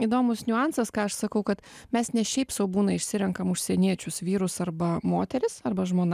įdomus niuansas ką aš sakau kad mes ne šiaip sau būna išsirenkam užsieniečius vyrus arba moteris arba žmona